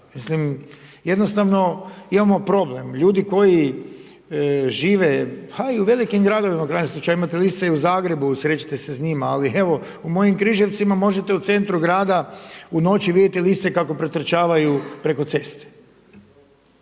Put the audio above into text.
Mislim jednostavno imamo problem. Ljudi koji žive pa i u velikim gradovima, u krajnjem slučaju imate lisica i u Zagrebu, susrećete se s njima. Ali evo u mojim Križevcima možete u centru grada u noći vidjeti lisice kako pretrčavaju preko ceste.